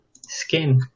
skin